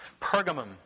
Pergamum